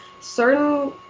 certain